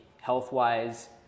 health-wise